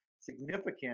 significant